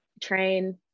train